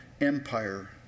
Empire